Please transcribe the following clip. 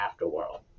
afterworld